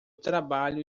trabalho